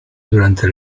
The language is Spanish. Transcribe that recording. durante